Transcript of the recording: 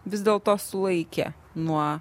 vis dėlto sulaikė nuo